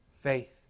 faith